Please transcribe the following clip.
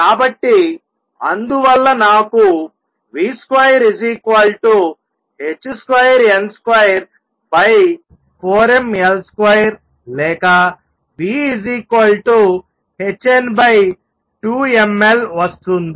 కాబట్టి అందువల్ల నాకు v2h2n24mL2 లేక v వస్తుంది